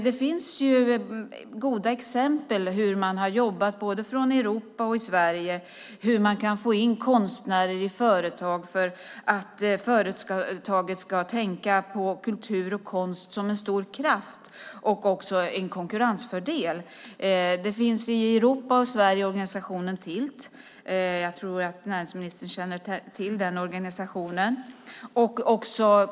Det finns goda exempel på hur man har jobbat, både från Europa och från Sverige, och hur man kan få in konstnärer i företag för att företaget ska tänka på kultur och konst som en stor kraft och en konkurrensfördel. Det finns i Europa och Sverige organisationen Tillt. Jag tror att näringsministern känner till den organisationen.